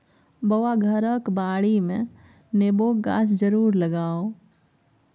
बौआ घरक बाडीमे नेबोक गाछ जरुर लगाउ